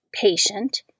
patient